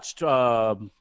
watched –